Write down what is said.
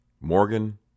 Morgan